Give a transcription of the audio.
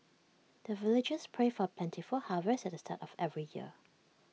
the villagers pray for plentiful harvest at the start of every year